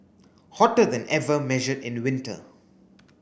hotter than ever measured in winter